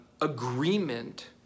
agreement